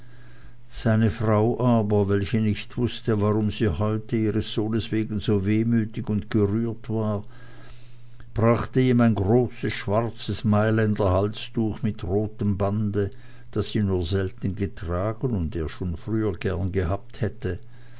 seine frau aber welche nicht wußte warum sie heute ihres sohnes wegen so wehmütig und gerührt war brachte ihm ein großes schwarzes mailänder halstuch mit rotem rande das sie nur selten getragen und er schon früher gern gehabt hätte